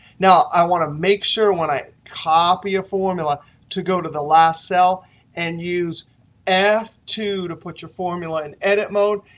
now, i want to make sure when i copy a formula to go to the last cell and use f two to put your formula in edit mode.